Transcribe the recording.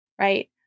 right